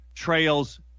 trails